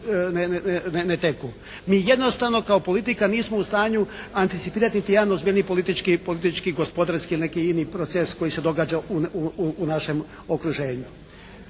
Mi jednostavno kao politika nismo u stanju anticipirati niti jedan ozbiljniji politički, gospodarski, neki ini proces koji se događa u našem okruženju.